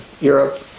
Europe